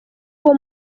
uwo